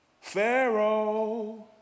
Pharaoh